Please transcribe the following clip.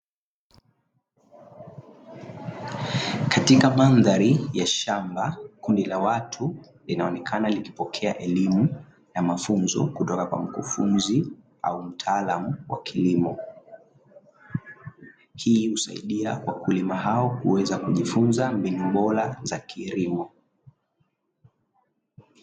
Katika mandhari ya shamba, kundi la watu linaonekana likipokea elimu na mafunzo kutoka kwa mkufunzi au mtaalamu wa kilimo. Hii husaidia wakulima hao kuweza kujifunza mbinu bora za kilimo.